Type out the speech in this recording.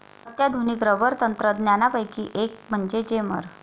अत्याधुनिक रबर तंत्रज्ञानापैकी एक म्हणजे जेमर